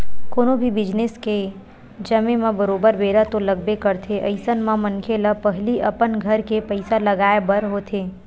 कोनो भी बिजनेस के जमें म बरोबर बेरा तो लगबे करथे अइसन म मनखे ल पहिली अपन घर के पइसा लगाय बर होथे